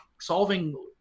solving